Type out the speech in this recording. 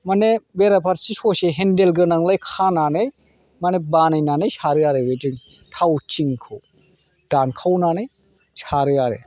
माने बेराफारसे स'से हेन्देल गोनां नालाय खानानै माने बानायनानै सारो आरो बेजों थावथिंखौ दानखावनानै सारो आरो